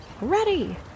Ready